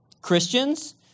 Christians